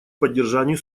поддержанию